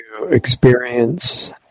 experience